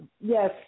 yes